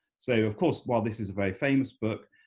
so of course while this is a very famous book,